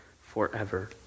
forever